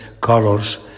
colors